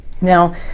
Now